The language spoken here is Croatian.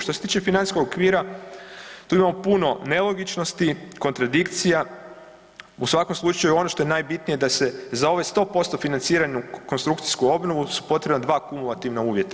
Što se tiče financijskog okvira, tu imamo puno nelogičnosti, kontradikcija, u svakom slučaju ono što je najbitnije da se za ovaj 100% financiranu konstrukcijsku obnovu su potrebna 2 kumulativna uvjeta.